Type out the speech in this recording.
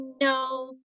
no